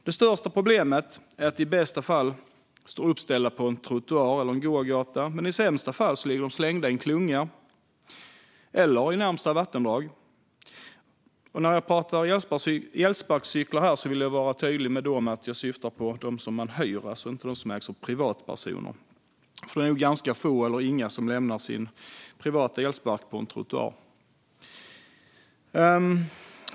Det största problemet är att de i bästa fall står uppställda på en trottoar eller gågata men i sämsta fall ligger slängda i en klunga eller i närmaste vattendrag. När jag här pratar elsparkcyklar vill jag vara tydlig med att jag syftar på dem som man hyr, alltså inte dem som ägs av privatpersoner. Det är nog ganska få eller inga som lämnar sin privata elsparkcykel på en trottoar.